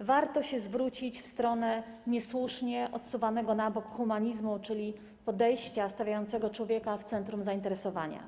warto zwrócić się w stronę niesłusznie odsuwanego na bok humanizmu, czyli podejścia stawiającego człowieka w centrum zainteresowania.